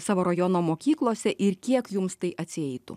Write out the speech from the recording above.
savo rajono mokyklose ir kiek jums tai atsieitų